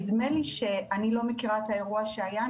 אני לא מכירה את האירוע שהיה,